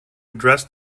address